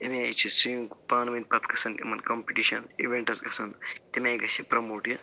أمۍ آیہِ حظ چھِ سِوِنٛگ پانہٕ وٲنۍ پتہٕ گژھَن یِمَن کَمپِٹشَن اِوٮ۪نٹ حظ گژھَن تٔمۍ آیہِ گژھِ یہِ پرموٹ یہِ